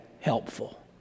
helpful